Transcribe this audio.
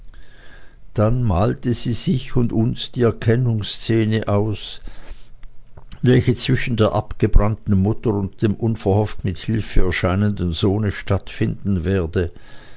dann malte sie sich und uns die erkennungsszene aus welche zwischen der abgebrannten mutter und dem unverhofft mit hilfe erscheinenden sohne stattfinden werde